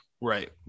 Right